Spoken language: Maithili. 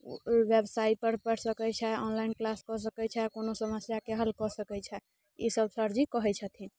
ओहि वेबसाइड पर पढ़ि सकैत छेँ ऑनलाइन क्लास कऽ सकैत छेँ कोनो समस्याके हल कऽ सकैत छेँ ई सभ सरजी कहैत छथिन